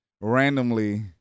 Randomly